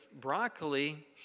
broccoli